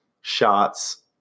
shots